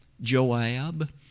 Joab